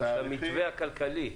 גם למתווה הכלכלי.